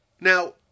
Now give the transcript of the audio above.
Now